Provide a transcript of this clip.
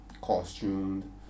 costumed